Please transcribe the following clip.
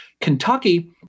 Kentucky